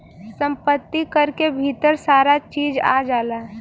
सम्पति कर के भीतर सारा चीज आ जाला